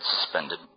suspended